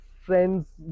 friends